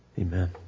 Amen